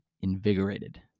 invigorated